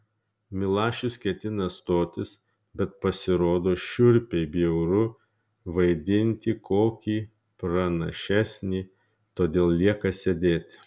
milašius ketina stotis bet pasirodo šiurpiai bjauru vaidinti kokį pranašesnį todėl lieka sėdėti